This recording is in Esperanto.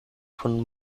kun